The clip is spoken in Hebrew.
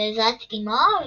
בעזרת אימו,